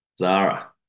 Zara